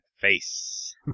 face